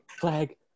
flag